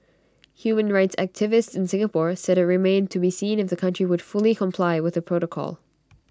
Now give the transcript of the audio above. human rights activists in Singapore said IT remained to be seen if the country would fully comply with the protocol